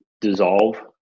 dissolve